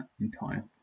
entire